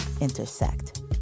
Intersect